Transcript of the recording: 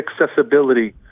accessibility